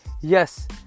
yes